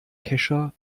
kescher